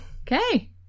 Okay